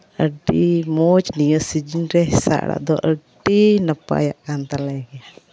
ᱟᱹᱰᱤ ᱢᱚᱡᱽ ᱱᱤᱭᱟᱹ ᱥᱤᱡᱤᱱ ᱨᱮ ᱦᱮᱸᱥᱟᱜ ᱟᱲᱟᱜ ᱟᱹᱰᱰᱤ ᱱᱟᱯᱟᱭᱟᱜ ᱠᱟᱱ ᱛᱟᱞᱮ ᱜᱮᱭᱟ